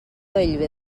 bellver